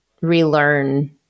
relearn